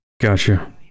gotcha